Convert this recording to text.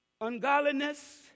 ungodliness